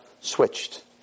switched